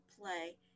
play